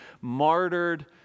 martyred